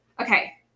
Okay